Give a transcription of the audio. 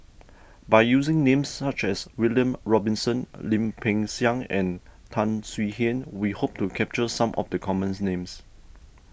by using names such as William Robinson Lim Peng Siang and Tan Swie Hian we hope to capture some of the commons names